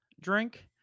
drink